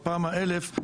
בפעם האלף,